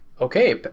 Okay